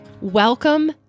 Welcome